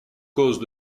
causes